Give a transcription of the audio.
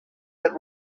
that